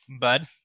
Bud